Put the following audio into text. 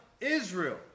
Israel